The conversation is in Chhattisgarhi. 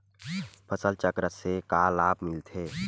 फसल चक्र से का लाभ मिलथे?